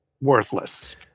Worthless